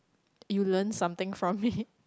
you learn something from it